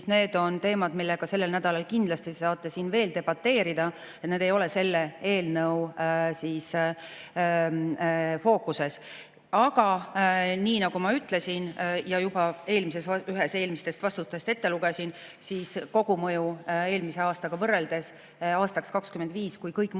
need on teemad, mille üle te sellel nädalal kindlasti saate siin veel debateerida. Need ei ole selle eelnõu fookuses. Aga nagu ma ütlesin ja juba ühes eelmistest vastustest ette lugesin, kogumõju eelmise aastaga võrreldes aastaks 2025, kui kõik muudatused